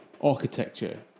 architecture